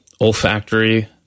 olfactory